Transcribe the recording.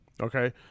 Okay